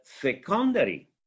secondary